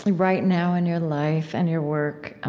right now, in your life and your work,